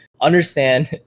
understand